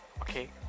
okay